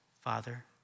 Father